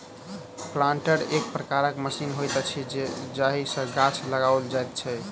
planter एक प्रकारक machine होइत अछि जाहि सॅ गाछ लगाओल जाइत छै